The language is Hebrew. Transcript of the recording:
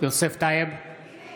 נגד יעקב טסלר, נגד